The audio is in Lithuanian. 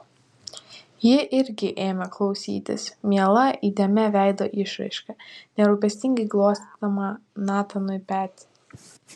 ji irgi ėmė klausytis miela įdėmia veido išraiška nerūpestingai glostydama natanui petį